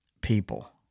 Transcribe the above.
people